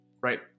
right